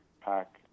pack